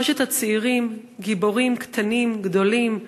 שלושת הצעירים, גיבורים קטנים-גדולים,